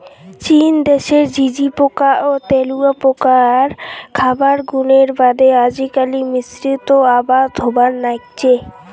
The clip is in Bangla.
চীন দ্যাশের ঝিঁঝিপোকা ও তেলুয়াপোকার খাবার গুণের বাদে আজিকালি মিশ্রিত আবাদ হবার নাইগচে